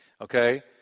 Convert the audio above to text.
okay